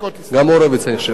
גם הורוביץ היה שם.